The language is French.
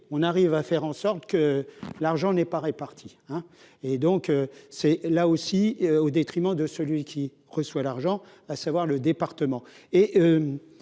on arrive à faire en sorte que l'argent n'est pas réparti, hein, et donc c'est là aussi au détriment de celui qui reçoit l'argent, à savoir le département